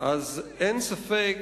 אין ספק